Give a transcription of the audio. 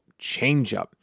changeup